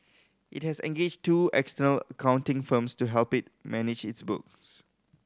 it has engaged two external accounting firms to help it manage its books